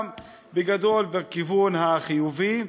בגדול בכיוון החיובי.